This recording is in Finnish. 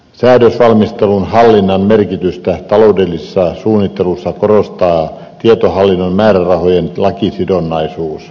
säädösvalmistelun hallinnan merkitystä taloudellisessa suunnittelussa korostaa tietohallinnon määrärahojen lakisidonnaisuus